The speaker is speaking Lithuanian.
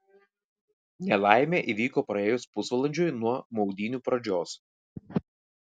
nelaimė įvyko praėjus pusvalandžiui nuo maudynių pradžios